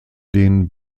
den